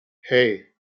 hey